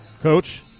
coach